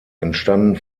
entstanden